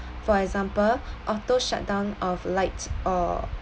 for example auto shutdown of lights uh